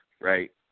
Right